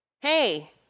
hey